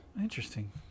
Interesting